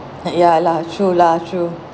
uh ya lah true lah true